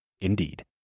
Indeed